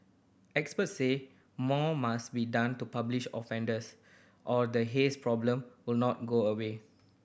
experts say more must be done to publish offenders or the haze problem will not go away